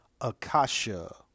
akasha